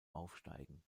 aufsteigen